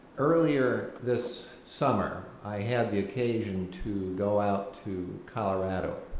earlier this summer i had the occasion to go out to colorado